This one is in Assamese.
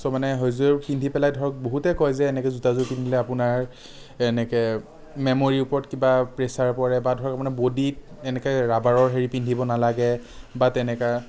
চ' মানে সেইযোৰ পিন্ধি পেলাই ধৰক বহুতে কয় যে এনেকে জোতাযোৰ পিন্ধিলে আপোনাৰ এনেকে মেম'ৰীৰ ওপৰত কিবা প্ৰেছাৰ পৰে বা ধৰক মানে ব'ডীত এনেকে ৰাবাৰৰ হেৰি পিন্ধিব নালাগে বা তেনেকুৱা